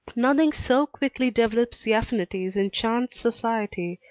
nothing so quickly develops the affinities in chance society,